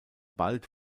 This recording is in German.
bald